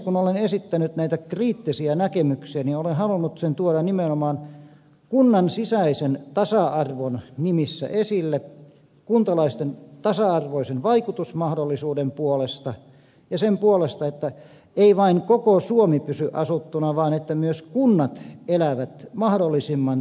kun olen esittänyt näitä kriittisiä näkemyksiä niin olen halunnut ne tuoda nimenomaan kunnan sisäisen tasa arvon nimissä esille kuntalaisten tasa arvoisen vaikutusmahdollisuuden puolesta ja sen puolesta että ei vain koko suomi pysy asuttuna vaan että myös kunnat elävät mahdollisimman täydellisesti